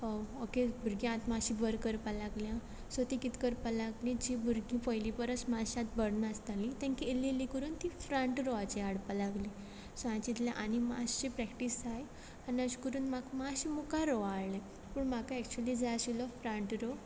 okay भुरगीं आतां मातशीं बरीं करपा लागल्या सो तीं कितें करपाक लागलीं जीं भुरगीं पयलीं परस मातशें आतां बरीं नाचतालीं तेंकां इल्ली इल्ली करून तीं फ्रंट रोवाचेर हाडपाक लागलीं सो हांयें चिंतलें आनी मातशीं प्रॅक्टीस जाय आनी अशें करून म्हाका मातशे मुखार रोवा हाडलें पूण म्हाका एक्चुली जाय आशिल्लो फ्रंट रो